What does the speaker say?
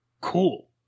cool